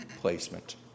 placement